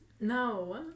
No